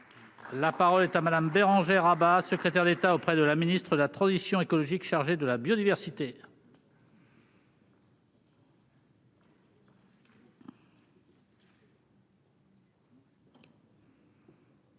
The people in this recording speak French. la parole est à Madame Bérangère Abba, secrétaire d'État auprès de la ministre de la transition écologique, chargée de la biodiversité.